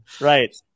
right